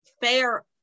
fair